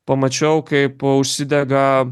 pamačiau kaip užsidega